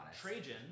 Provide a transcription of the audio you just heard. Trajan